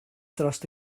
dros